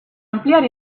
ampliar